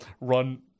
run